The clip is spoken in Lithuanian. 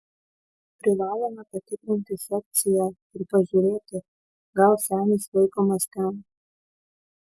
privalome patikrinti sekciją ir pažiūrėti gal senis laikomas ten